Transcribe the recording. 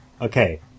Okay